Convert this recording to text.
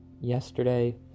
Yesterday